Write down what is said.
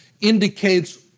indicates